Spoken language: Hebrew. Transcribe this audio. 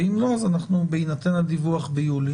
ואם לא אז בהינתן הדיווח ביולי,